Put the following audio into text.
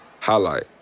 highlight